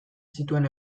zituen